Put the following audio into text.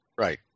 right